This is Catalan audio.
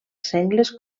sengles